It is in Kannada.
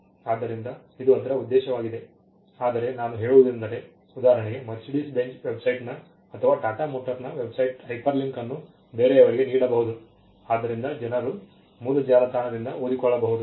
ಆದ್ದರಿಂದ ಇದು ಅದರ ಉದ್ದೇಶವಾಗಿದೆ ಆದರೆ ನಾನು ಹೇಳುವುದೆಂದರೆ ಉದಾಹರಣೆಗೆ ಮರ್ಸಿಡಿಸ್ ಬೆಂಜ್ನ ವೆಬ್ಸೈಟ್ ಅಥವಾ ಟಾಟಾ ಮೋಟರ್ನ ವೆಬ್ಸೈಟ್ ಹೈಪರ್ಲಿಂಕ್ ಅನ್ನು ಬೇರೆಯವರಿಗೆ ನೀಡಬಹುದು ಆದ್ದರಿಂದ ಜನರು ಮೂಲ ಜಾಲತಾಣದಿಂದ ಓದಿಕೊಳ್ಳಬಹುದು